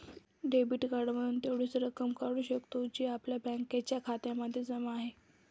debit card मधून तेवढीच रक्कम काढू शकतो, जी आपल्या बँकेच्या खात्यामध्ये जमा आहे